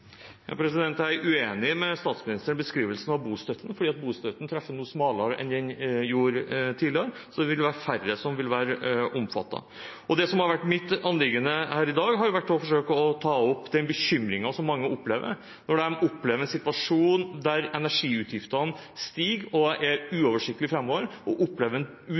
Jeg er uenig i statsministerens beskrivelse av bostøtten, for bostøtten treffer nå smalere enn den gjorde tidligere, så det vil være færre som vil være omfattet av den. Det som har vært mitt anliggende her i dag, har vært å forsøke å ta opp den bekymringen som mange opplever, når de opplever en situasjon der energiutgiftene stiger og er uoversiktlige framover, og opplever en